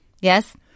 Yes